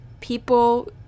people